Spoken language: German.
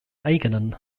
eigenen